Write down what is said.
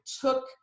took